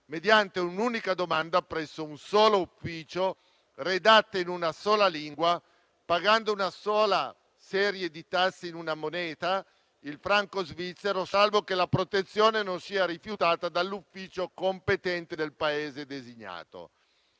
mediante un'unica domanda presso un solo ufficio, redatta in una sola lingua, pagando una sola volta le tasse in una moneta, il franco svizzero, salvo che la protezione non sia rifiutata dall'ufficio competente del Paese designato.